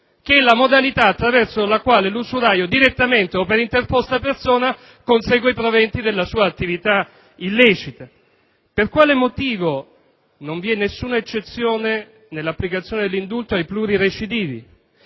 la modalità attraverso la quale l'usuraio direttamente o per interposta persona consegue i proventi della sua attività illecita. Per quale motivo non vi è nessuna eccezione nell'applicazione dell'indulto ai plurirecidivi?